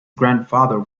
grandfather